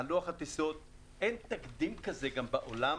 אין תקדים כזה בעולם.